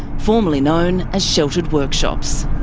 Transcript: formerly known as sheltered workshops.